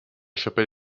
chapelle